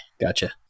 gotcha